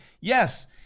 Yes